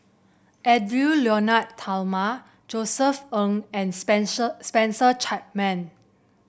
Edwy Lyonet Talma Josef Ng and Spencer Chapman